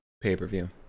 pay-per-view